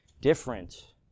different